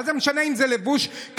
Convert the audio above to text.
מה זה משנה אם זה לבוש כזה?